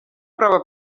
prova